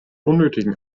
unnötigen